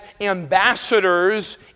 ambassadors